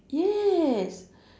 yes